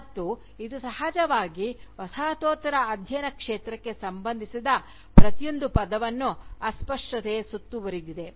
ಮತ್ತು ಇದು ಸಹಜವಾಗಿ ವಸಾಹತೋತ್ತರ ಅಧ್ಯಯನ ಕ್ಷೇತ್ರಕ್ಕೆ ಸಂಬಂಧಿಸಿದ ಪ್ರತಿಯೊಂದು ಪದವನ್ನು ಅಸ್ಪಷ್ಟತೆ ಸುತ್ತುವರೆದಿದೆ